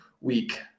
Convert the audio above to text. week